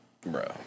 bro